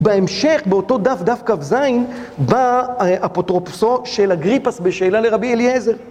בהמשך באותו דף, דף כ"ז, בא אפוטרופוסו של אגריפס בשאלה לרבי אליעזר.